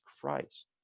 Christ